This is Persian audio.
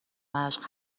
مشق